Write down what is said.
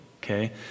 okay